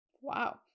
Wow